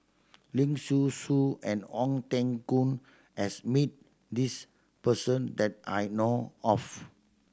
Leong Soo Soo and Ong Teng Koon has meet this person that I know of